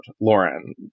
lauren